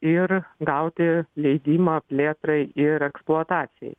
ir gauti leidimą plėtrai ir eksploatacijai